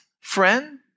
friend